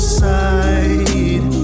side